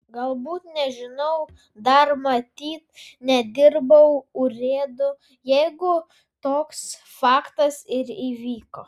galbūt nežinau dar matyt nedirbau urėdu jeigu toks faktas ir įvyko